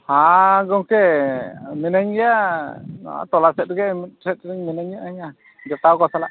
ᱦᱮᱸᱻ ᱜᱚᱝᱠᱮ ᱢᱤᱱᱟᱹᱧ ᱜᱮᱭᱟ ᱱᱚᱣᱟ ᱴᱚᱞᱟᱥᱮᱫ ᱨᱮᱜᱮ ᱢᱤᱫᱥᱮᱫ ᱨᱮ ᱢᱤᱱᱟᱹᱧᱟ ᱡᱚᱴᱟᱣ ᱠᱚ ᱥᱟᱞᱟᱜ